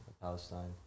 Palestine